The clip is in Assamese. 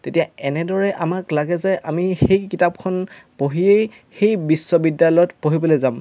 তেতিয়া এনেদৰে আমাক লাগে যে আমি সেই কিতাপখন পঢ়িয়েই সেই বিশ্ববিদ্যালয়ত পঢ়িবলৈ যাম